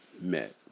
met